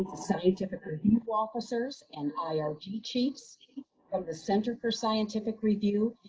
scientific review officers and irg chiefs from the center for scientific review.